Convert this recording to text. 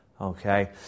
Okay